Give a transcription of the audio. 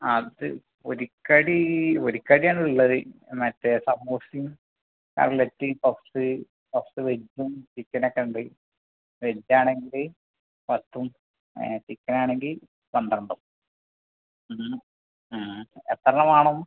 അത് ഒരിക്കടി ഒരിക്കടിയാണിള്ളത് മറ്റേ സമോസേം കട്ട്ളറ്റ് പഫ്സ്സ് പഫ്സ്സ് വെജ്ജും ചിക്കനക്കെ ഉണ്ട് വെജ്ജാണെങ്കിൽ പത്തും ചിക്കനാണെങ്കിൽ പന്ത്രണ്ടും എത്രെണ്ണം വേണം